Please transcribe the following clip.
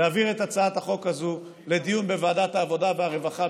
להעביר את הצעת החוק הזו לדיון בוועדת העבודה והרווחה,